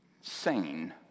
sane